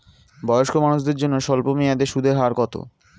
বয়স্ক মানুষদের জন্য স্বল্প মেয়াদে সুদের হার কত?